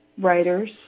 writers